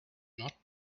not